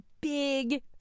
big